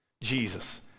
Jesus